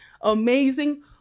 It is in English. amazing